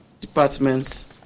departments